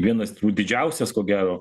vienas tų didžiausias ko gero